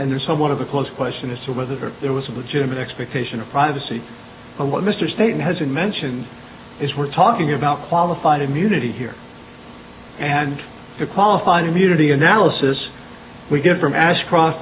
and there's somewhat of a close question as to whether there was a legitimate expectation of privacy and what mr state has been mentioned is we're talking about qualified immunity here and qualified immunity analysis we get from ashcroft